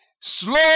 slow